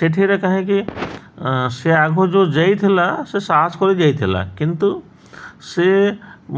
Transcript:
ସେଠିରେ କାହିଁକି ସେ ଆଗ ଯେଉଁ ଯାଇଥିଲା ସେ ସାହସ କରି ଯାଇଥିଲା କିନ୍ତୁ ସେ